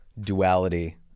duality